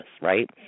right